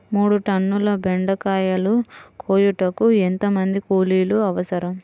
మూడు టన్నుల బెండకాయలు కోయుటకు ఎంత మంది కూలీలు అవసరం?